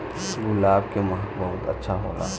गुलाब के महक बहुते अच्छा होला